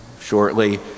shortly